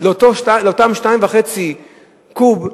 לאותם 2.5 קוב,